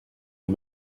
les